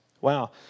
Wow